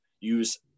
Use